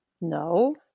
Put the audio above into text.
No